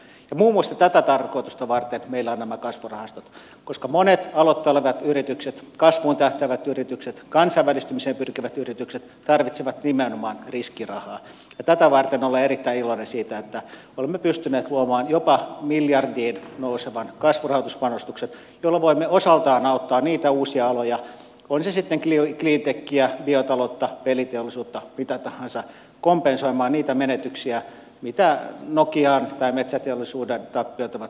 muun muassa tätä tarkoitusta varten meillä ovat nämä kasvurahastot koska monet aloittelevat yritykset kasvuun tähtäävät yritykset kansainvälistymiseen pyrkivät yritykset tarvitsevat nimenomaan riskirahaa ja tätä varten olen erittäin iloinen siitä että olemme pystyneet luomaan jopa miljardiin nousevan kasvurahoituspanostuksen jolla voimme osaltaan auttaa niitä uusia aloja on se sitten cleantechiä biota loutta peliteollisuutta mitä tahansa kompensoimaan niitä menetyksiä mitä nokian tai metsäteollisuuden tappiot ovat suomelle aiheuttaneet